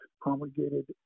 promulgated